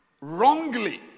wrongly